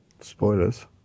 spoilers